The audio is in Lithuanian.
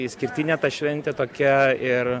išskirtinė ta šventė tokia ir